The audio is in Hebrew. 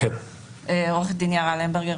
עורך דין יערה למברגר,